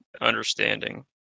understanding